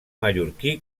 mallorquí